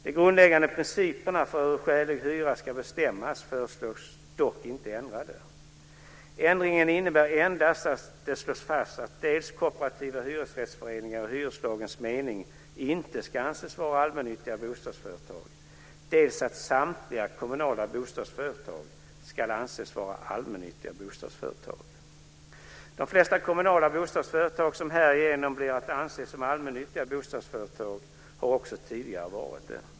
De grundläggande principerna för hur skälig hyra ska bestämmas föreslås dock inte ändrade. Ändringen innebär endast att det slås fast dels att kooperativa hyresrättsföreningar i hyreslagens mening inte ska anses vara allmännyttiga bostadsföretag, dels att samtliga kommunala bostadsföretag ska anses vara allmännyttiga bostadsföretag. De flesta kommunala bostadsföretag som härigenom blir att anses som allmännyttiga bostadsföretag har också tidigare varit det.